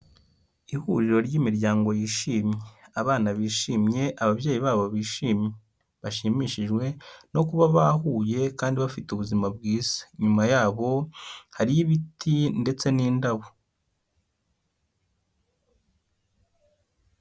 Ihuriro ry'imiryango yishimye, abana bishimye, ababyeyi babo bishimye, bashimishijwe no kuba bahuye kandi bafite ubuzima bwiza, inyuma yabo hariyo ibiti ndetse n'indabo.